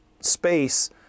space